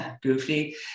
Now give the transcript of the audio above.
goofy